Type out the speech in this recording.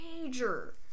Major